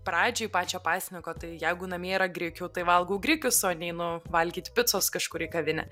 pradžioj pačio pasniko tai jeigu namie yra grikių tai valgau grikius o neinu valgyt picos kažkur į kavinę